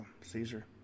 Caesar